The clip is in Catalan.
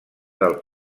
del